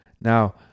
Now